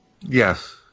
Yes